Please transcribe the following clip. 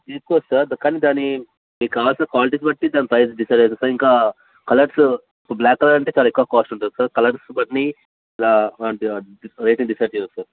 తీసుకోవచ్చు సార్ కానీ దాని మీకు కావాల్సిన క్వాలిటీస్ని బట్టి దాని ప్రైస్ డిసైడ్ అవుతుంది సార్ ఇంకా కలర్స్ బ్లాక్ కలర్ అంటే చాలా ఎక్కువ కాస్ట్ ఉంటుంది సార్ కలర్స్ని బట్టి రేట్ని డిసైడ్ చేస్తారు